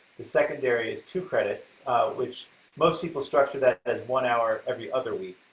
the secondary is two credits which most people structure that as one hour every other week.